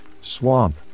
swamp